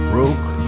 Broke